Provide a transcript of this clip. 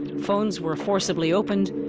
phones were forcibly opened,